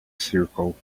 circle